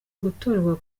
gutorerwa